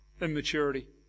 immaturity